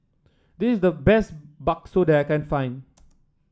this the best bakso that I can find